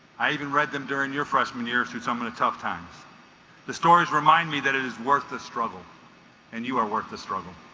i even read them during your freshman year through some of the tough times the stories remind me that it is worth the struggle and you are worth the struggle